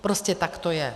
Prostě tak to je.